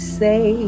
say